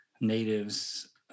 natives